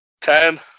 Ten